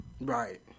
Right